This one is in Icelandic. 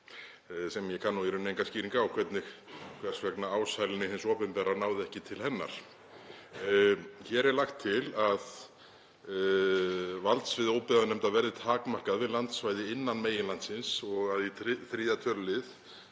og ég kann í rauninni enga skýringu á hvers vegna ásælni hins opinbera náði ekki til hennar. Hér er lagt til að valdsvið óbyggðanefndar verði takmarkað við landsvæði innan meginlandsins og í 3. tölulið